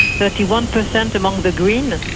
thirty one percent among the greens.